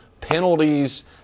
penalties